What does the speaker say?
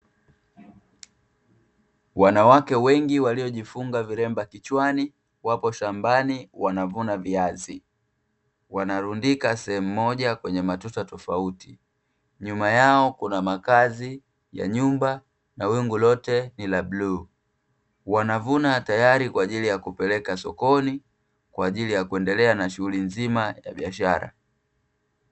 Wanawake wengi waliojifunga vilemba kichwani wapo shambani wanavuna viazi, wanarundika sehemu moja kwenye matuta tofauti, nyuma yao kuna makazi ya nyumba na wingu lote ni la bluu, wanavuna tayari kwaajili ya kupeleka sokoni kwaajili ya kuendelea na shughuli nzima ya biashara.